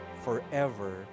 forever